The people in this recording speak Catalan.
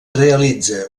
realitza